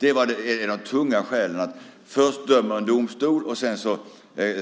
Det var det tunga skälet - först dömde en domstol, och sedan